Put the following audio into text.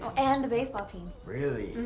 and the baseball team. really?